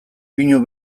pinu